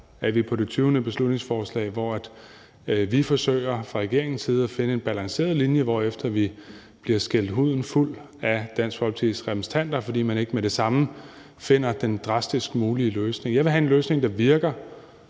er vi på det 20. beslutningsforslag, hvor vi fra regeringens side forsøger at finde en balanceret linje, hvorefter vi bliver skældt huden fuld af Dansk Folkepartis repræsentanter, fordi vi ikke med det samme finder den mest drastiske løsning som muligt? Jeg vil have en løsning, der virker,